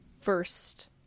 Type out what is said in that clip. first